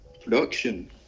production